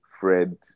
Fred